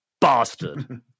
Bastard